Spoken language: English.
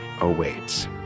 awaits